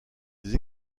des